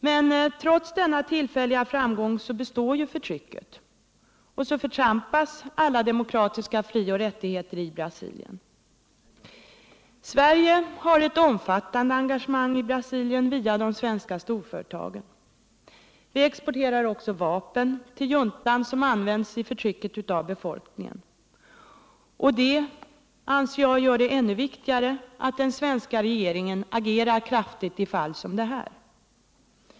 Men trots denna tillfälliga framgång består ju förtrycket och förtrampas alla demokratiska fri och rättigheter i Brasilien. Sverige har ett omfattande engagemang i Brasilien via de svenska storföretagen. Vi exporterar vapen till juntan som används i förtrycket av befolkningen. Det gör det än viktigare att den svenska regeringen agerar kraftigt i fall som detta.